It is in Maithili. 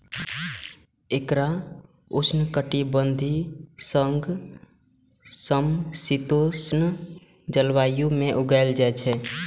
एकरा उष्णकटिबंधीय सं समशीतोष्ण जलवायु मे उगायल जाइ छै